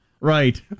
right